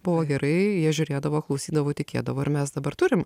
buvo gerai jie žiūrėdavo klausydavo tikėdavo ir mes dabar turim